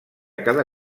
cada